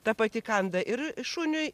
ta pati kanda ir šuniui